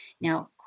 Now